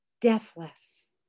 deathless